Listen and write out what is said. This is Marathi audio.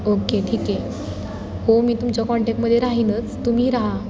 ओके ठीक आहे हो मी तुमच्या कॉन्टॅक्टमध्ये राहीनच तुम्हीही राहा